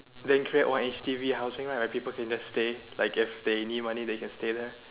then create one H_D_B housing lah where people can just stay like if they need money they can just stay there